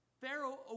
Pharaoh